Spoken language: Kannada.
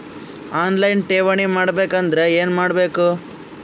ಆನ್ ಲೈನ್ ಠೇವಣಿ ಮಾಡಬೇಕು ಅಂದರ ಏನ ಮಾಡಬೇಕು?